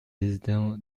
hesdin